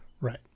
right